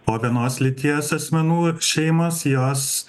o vienos lyties asmenų šeimos jos